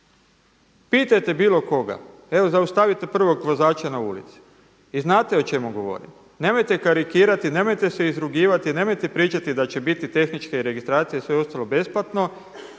Pitajte bilo koga, evo zaustavite prvog vozača na ulici. I znate o čemu govorim, nemojte karikirati, nemojte se izrugivati, nemojte pričati da će biti tehničke registracije i sve ostalo besplatno